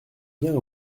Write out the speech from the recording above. bien